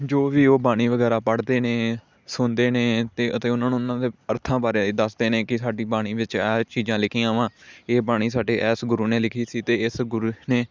ਜੋ ਵੀ ਉਹ ਬਾਣੀ ਵਗੈਰਾ ਪੜ੍ਹਦੇ ਨੇ ਸੁਣਦੇ ਨੇ ਅਤੇ ਅਤੇ ਉਨ੍ਹਾਂ ਨੂੰ ਉਨ੍ਹਾਂ ਦੇ ਅਰਥਾਂ ਬਾਰੇ ਦੱਸਦੇ ਨੇ ਕਿ ਸਾਡੀ ਬਾਣੀ ਵਿੱਚ ਆ ਹੈ ਚੀਜ਼ਾਂ ਲਿਖੀਆਂ ਵਾ ਇਹ ਬਾਣੀ ਸਾਡੇ ਇਸ ਗੁਰੂ ਨੇ ਲਿਖੀ ਸੀ ਅਤੇ ਇਸ ਗੁਰੂ ਨੇ